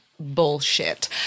bullshit